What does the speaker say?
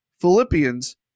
Philippians